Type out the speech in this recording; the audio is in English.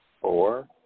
four